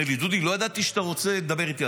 אומר לי: דודי, לא ידעתי שאתה רוצה לדבר איתי.